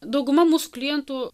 dauguma mūsų klientų